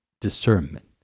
discernment